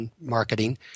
marketing